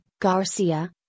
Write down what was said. Garcia